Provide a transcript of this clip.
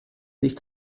sich